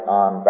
on